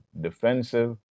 defensive